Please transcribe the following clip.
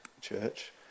church